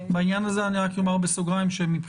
בעניין הזה אני רק אומר בסוגריים שמבחינתי,